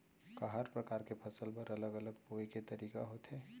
का हर प्रकार के फसल बर अलग अलग बोये के तरीका होथे?